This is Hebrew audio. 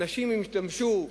אנשים ישתמשו במשורה,